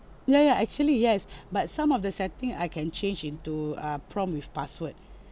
ya ya actually yes but some of the setting I can change into um prompt with password